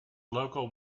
local